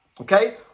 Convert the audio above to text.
Okay